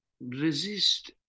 resist